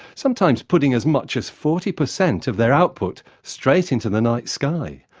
sometimes putting as much as forty percent of their output straight into the night sky.